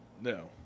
No